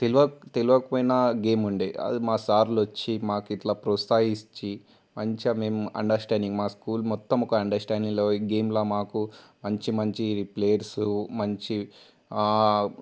తెలియక తెలియక పోయినా గేమ్ ఉండేది అది మా సార్లొచ్చి మాకు ఇలా ప్రోత్సహించి మంచిగా మేము అండర్స్టాండింగ్ మా స్కూల్ మొత్తము ఒక అండర్స్టాండింగ్లో పోయి గేమ్లో మాకు మంచి మంచి ప్లేయర్సు మంచి ఆ